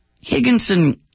Higginson